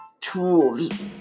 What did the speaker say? tools